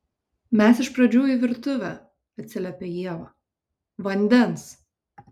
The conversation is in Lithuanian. mes iš pradžių į virtuvę atsiliepia ieva vandens